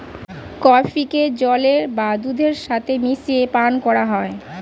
কফিকে জলের বা দুধের সাথে মিশিয়ে পান করা হয়